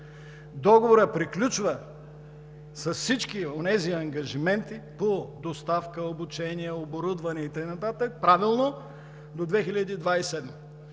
Договорът приключва с всички онези ангажименти по доставка, обучение, оборудване и така нататък, правилно до 2027